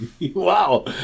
Wow